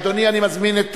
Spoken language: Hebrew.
אדוני, אני מזמין את